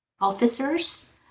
officers